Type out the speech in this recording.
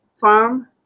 farm